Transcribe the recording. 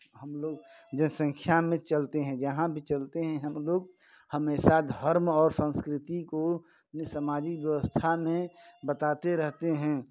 हम लोग जनसंख्या में चलते हैं जहाँ भी चलते हैं हम लोग हमेशा धर्म और संस्कृति को अपनी समाजिक व्यवस्था में बताते रहते हैं